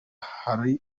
harimo